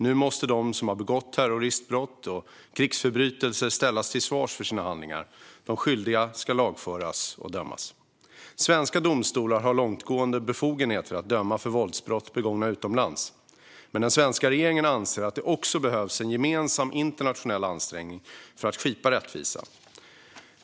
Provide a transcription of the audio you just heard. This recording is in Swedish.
Nu måste de som har begått terroristbrott och krigsförbrytelser ställas till svars för sina handlingar. De skyldiga ska lagföras och dömas. Svenska domstolar har långtgående befogenheter att döma för våldsbrott begångna utomlands. Men den svenska regeringen anser att det också behövs en gemensam internationell ansträngning för att skipa rättvisa.